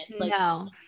No